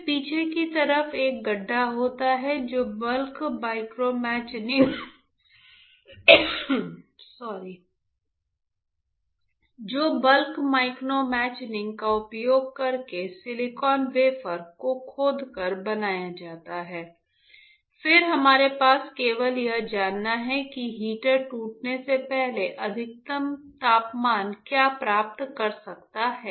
फिर पीछे की तरफ एक गड्ढा होता है जो बल्क माइक्रोमैचिनिंग का उपयोग करके सिलिकॉन वेफर को खोदकर बनाया जाता है फिर हमारे पास केवल यह जानना है कि हीटर टूटने से पहले अधिकतम तापमान क्या प्राप्त कर सकता है